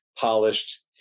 polished